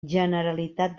generalitat